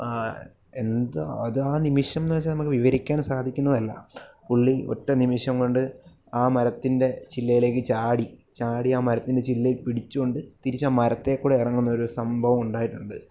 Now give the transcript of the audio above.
ആ എന്തോ അത് ആ നിമിഷം എന്നു വച്ചാൽ നമുക്ക് വിവരിക്കാൻ സാധിക്കുന്നതല്ല പുള്ളി ഒറ്റ നിമിഷം കൊണ്ട് ആ മരത്തിൻ്റെ ചില്ലയിലേക്ക് ചാടി ചാടി ആ മരത്തിൻ്റെ ചില്ലയിൽ പിടിച്ച് കൊണ്ട് തിരിച്ച് ആ മരത്തിൽ കൂടെ ഇറങ്ങുന്ന ഒരു സംഭവം ഉണ്ടായിട്ടുണ്ട്